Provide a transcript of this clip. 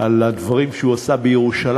על הדברים שהוא עשה בירושלים,